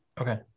Okay